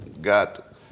got